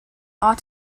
ought